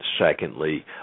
secondly